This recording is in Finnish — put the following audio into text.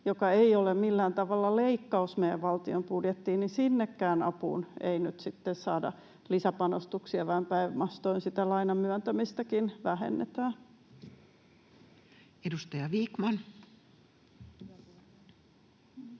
joka ei ole millään tavalla leikkaus meidän valtion budjettiin — ei nyt sitten saada lisäpanostuksia, vaan päinvastoin sitä lainan myöntämistäkin vähennetään. [Speech 144]